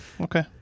okay